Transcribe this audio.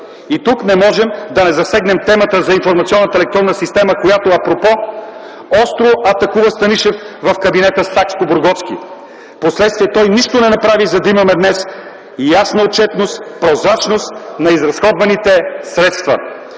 И тук не можем да не засегнем темата за информационната електронна система, която апропо остро атакува Станишев в кабинета Сакскобургготски. Впоследствие той нищо не направи, за да имаме днес ясна отчетност, прозрачност на изразходваните средства.